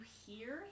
hear